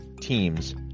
teams